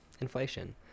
inflation